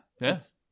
yes